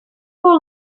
for